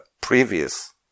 previous